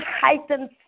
heightened